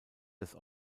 des